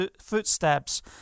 footsteps